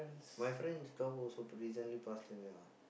my friend's dog also recently passed away ah